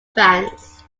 fans